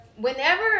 whenever